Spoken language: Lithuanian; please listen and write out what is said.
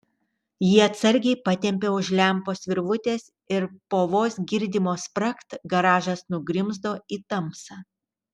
ji atsargiai patempė už lempos virvutės ir po vos girdimo spragt garažas nugrimzdo į tamsą